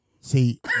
See